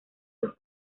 sus